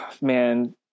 man